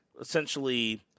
Essentially